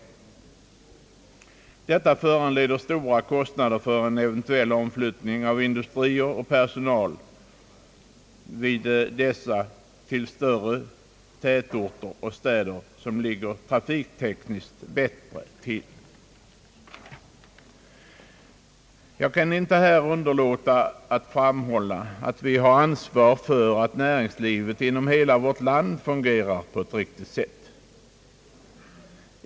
Näringslivet drabbas av stora kostnader för en eventuell omflyttning av industrier och personal till större tätorter och städer, som trafiktekniskt ligger bättre till. Jag kan inte underlåta att framhålla, att vi har ansvar för att näringslivet inom hela vårt land fungerar på ett riktigt sätt.